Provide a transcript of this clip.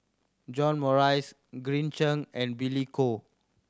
John Morrice Green Zeng and Billy Koh